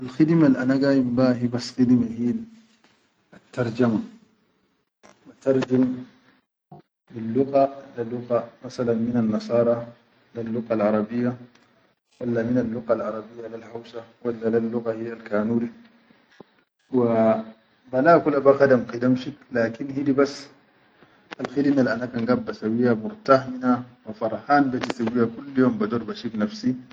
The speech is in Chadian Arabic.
khidme al ana gayim beha hibas khidme hil attarjumun ba tarjum hil lugga le higga nasalan minan nasara lel luggal arabiya walla minal luggal arabiya lel hausa walla lel luggal hil kanuri wa ba ka ba khadam khadam shik lakin hidi bas al khidimel ana kan gaid basayiya muhfamina wa farhan baiya wakul yim bador ba shif nafsi.